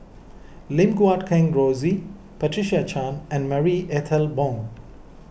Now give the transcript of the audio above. Lim Guat Kheng Rosie Patricia Chan and Marie Ethel Bong